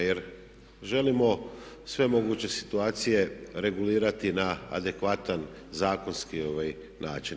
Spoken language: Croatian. Jer želimo svemoguće situacije regulirati na adekvatan zakonski način.